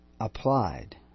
applied